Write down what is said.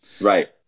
right